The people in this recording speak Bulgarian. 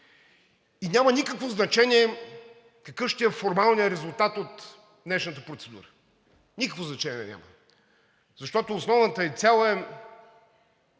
И няма никакво значение какъв ще е формалният резултат от днешната процедура, никакво значение няма, защото основната ѝ цел е